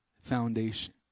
foundation